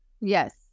Yes